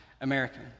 American